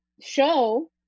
Show